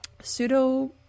pseudo